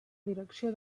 direcció